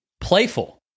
playful